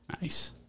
Nice